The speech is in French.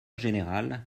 général